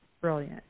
brilliant